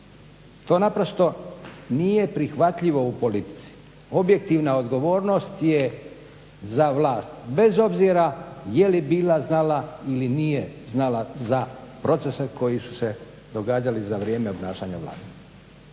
to naprosto nije prihvatljivo u politici. Objektivna odgovornost je za vlast, bez obzira je li bila znala ili nije znala za procese koji su se događali za vrijeme obnašanja vlasti.